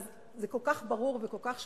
זה כל כך ברור וכל כך שקוף.